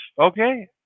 okay